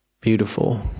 beautiful